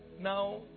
Now